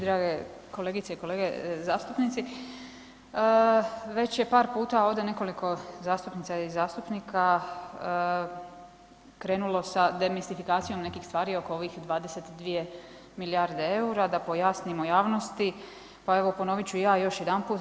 Drage kolegice i kolege zastupnici već je par puta ovdje nekoliko zastupnica i zastupnika krenulo sa demistifikacijom nekih stvari oko ovih 22 milijarde EUR-a, da pojasnimo javnosti, pa evo ponovit ću ja još jedanput.